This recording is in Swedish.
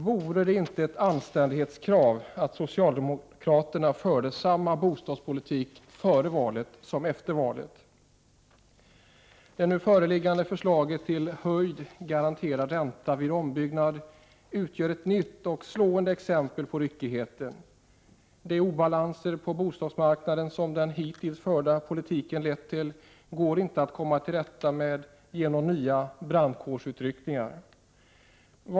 Vore det inte ett anständighetskrav att socialdemokraterna förde samma bostadspolitik före valet som efter? Det nu föreliggande förslaget till höjd garanterad ränta vid ombyggnad utgör ett nytt och slående exempel på ryckighet. De obalanser på bostadsmarknaden som den hittills förda politiken har lett till går det inte att komma till rätta med genom nya brandkårsutryckningar.